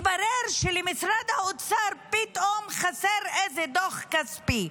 מתברר שלמשרד האוצר פתאום חסר איזה דוח כספי.